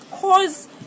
cause